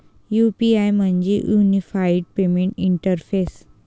UPI म्हणजे unified payment interface